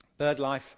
BirdLife